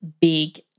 big